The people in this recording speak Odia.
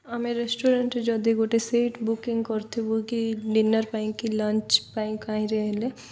ଆମେ ରେଷ୍ଟୁରାଣ୍ଟରେ ଯଦି ଗୋଟେ ସିଟ୍ ବୁକିଙ୍ଗ କରିଥିବୁ କି ଡିିନର୍ ପାଇଁ କି ଲଞ୍ଚ ପାଇଁ କାହିଁରେ ହେଲେ